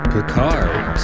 Picard